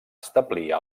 establir